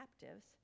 captives